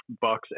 Bucks